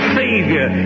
savior